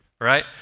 right